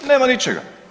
Nema ničega